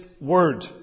word